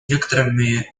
некоторыми